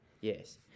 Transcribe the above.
Yes